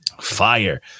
fire